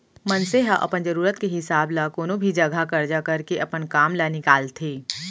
मनसे ह अपन जरूरत के हिसाब ल कोनो भी जघा करजा करके अपन काम ल निकालथे